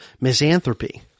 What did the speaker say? misanthropy